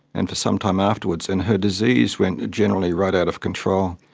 and for some time afterwards, and her disease went generally right out of control.